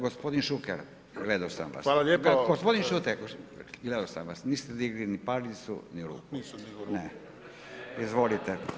Gospodin Šuker, gledao sam vas [[Upadica Šuker: Hvala lijepo.]] Gospodin Šuker, gledao sam vas, niste digli ni palicu ni ruku [[Upadica Šuker: Kako nisam digao ruku?]] Ne, izvolite.